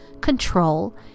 control